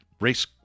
race